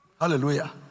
Hallelujah